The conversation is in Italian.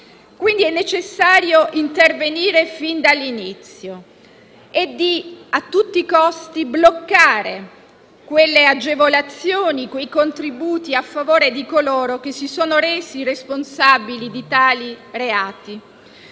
Quindi, è necessario intervenire fin dall'inizio e, a tutti i costi, bloccare le agevolazioni e i contributi a favore di coloro che si sono resi responsabili di tali reati.